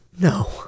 No